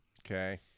Okay